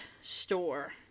store